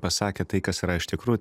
pasakė tai kas yra iš tikrųjų